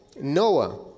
Noah